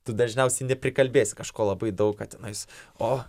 tu dažniausiai neprikalbėsi kažko labai daug kad tenais o